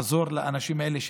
לעזור לאנשים האלה,